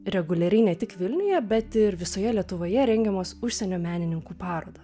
reguliariai ne tik vilniuje bet ir visoje lietuvoje rengiamos užsienio menininkų parodos